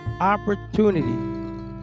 opportunity